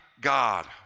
God